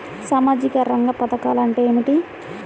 సామాజిక రంగ పధకాలు అంటే ఏమిటీ?